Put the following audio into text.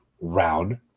round